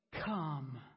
come